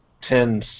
ten